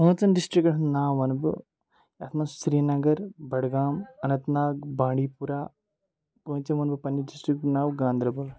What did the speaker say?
پانٛژن ڈِسٹِرٛکَن ہُنٛد ناو وَنہٕ بہٕ یَتھ منٛز سرینگر بڈگام اننت ناگ بانٛڈی پورہ پوٗنٛژِم وَنہٕ بہٕ پنٛنہِ ڈِسٹِرٛکُک ناو گانٛدربَل